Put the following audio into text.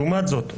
לעומת זאת,